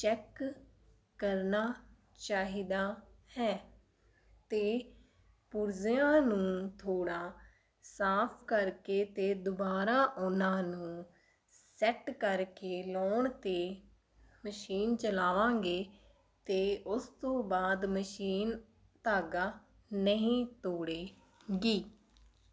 check ਕਰਨਾ ਚਾਹੀਦਾ ਹੈ ਅਤੇ ਪੁਰਜ਼ਿਆਂ ਨੂੰ ਥੋੜ੍ਹਾ ਸਾਫ ਕਰਕੇ ਅਤੇ ਦੁਬਾਰਾ ਉਹਨਾਂ ਨੂੰ ਸੈਟ ਕਰਕੇ ਲਾਉਣ 'ਤੇ ਮਸ਼ੀਨ ਚਲਾਵਾਂਗੇ ਅਤੇ ਉਸ ਤੋਂ ਬਾਅਦ ਮਸ਼ੀਨ ਧਾਗਾ ਨਹੀਂ ਤੋੜੇਗੀ